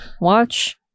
watch